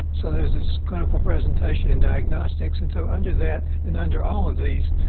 so there's this clinical presentation and diagnostics. and so, under that and under all of these,